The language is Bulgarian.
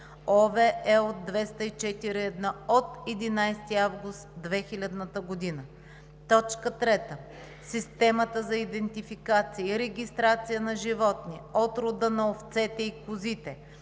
(OB, L 204/1 от 11 август 2000 г.); 3. системата за идентификация и регистрация на животни от рода на овцете и козите,